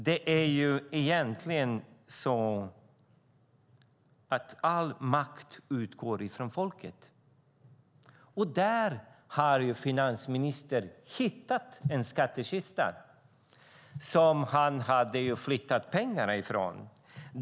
Det är egentligen så att all makt utgår från folket. Där har finansministern hittat en skattkista som han har flyttat pengar från.